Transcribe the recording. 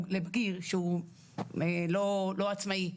לבגיר שהוא לא עצמאי,